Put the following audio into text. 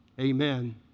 Amen